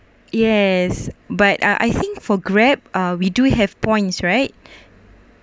yes but I I think for grab we do have points right